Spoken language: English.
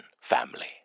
family